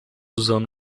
usando